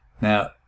now